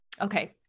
okay